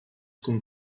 com